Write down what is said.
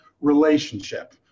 relationship